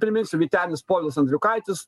priminsiu vytenis povilas andriukaitis